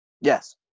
Yes